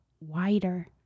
wider